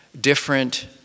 different